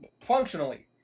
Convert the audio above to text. functionally